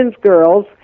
girls